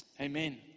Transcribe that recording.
amen